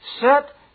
set